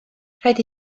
rhaid